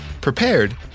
prepared